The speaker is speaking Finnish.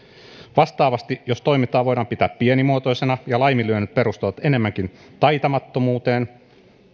vastaavasti jos toimintaa voidaan pitää pienimuotoisena ja laiminlyönnit perustuvat enemmänkin taitamattomuuteen